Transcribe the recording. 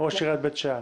ראש עיריית בית שאן,